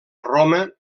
roma